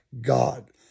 God